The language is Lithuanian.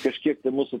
kažkiek tai mūsų